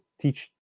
Teach